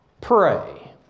pray